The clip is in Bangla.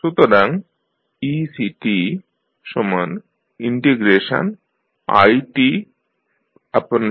সুতরাং ectiCdt